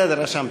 בסדר, רשמתי.